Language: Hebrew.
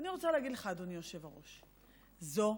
ואני רוצה להגיד לך, אדוני היושב-ראש: זו